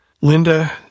Linda